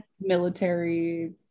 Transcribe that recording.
military